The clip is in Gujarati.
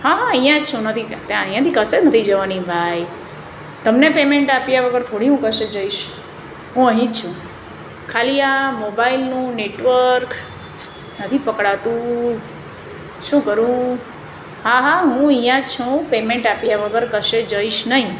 હા હા અહીંયા જ છું નથી ક્યાં ત્યાં અહીંયાથી કશે નથી જવાની ભાઈ તમને પેમેન્ટ આપ્યા વગર થોડી હું કશે જઇશ હું અહીં જ છું ખાલી આ મોબાઈલનું નેટવર્ક નથી પકડાતું શું કરું હા હા હું અહીંયા જ છું પેમેન્ટ આપ્યા વગર કશે જઇશ નહીં